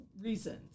reasons